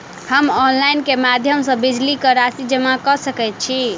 हम ऑनलाइन केँ माध्यम सँ बिजली कऽ राशि जमा कऽ सकैत छी?